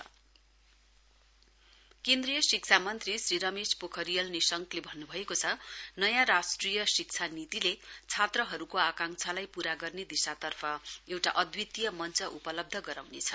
Nissanka student केन्द्रीय शिक्षा मन्त्री श्री रमेश पोखरियाल निशंकले भन्न् भएको छ नयाँ राष्ट्रिय शिक्षा नीतिले छात्रहरूको आंकाक्षालाई पूरा गर्ने दिशातर्फ एउटा अद्वितीय मञ्च उपलब्ध गराउनेछ